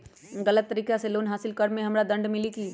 गलत तरीका से लोन हासिल कर्म मे हमरा दंड मिली कि?